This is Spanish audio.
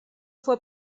fue